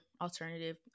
alternative